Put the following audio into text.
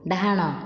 ଡାହାଣ